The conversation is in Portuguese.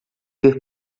ter